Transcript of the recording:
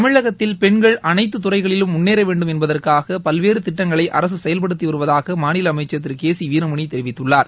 தமிழகத்தில் பெண்கள் அனைத்து துறைகளிலும் முன்னேற வேண்டும் என்பதற்காக பல்வேறு திட்டங்களை அரசு செயல்படுத்தி வருவதாக மாநில அமைச்சள் திரு கே சி வீரமணி தெரிவித்துள்ளார்